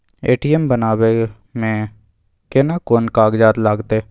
ATM बनाबै मे केना कोन कागजात लागतै?